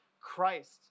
Christ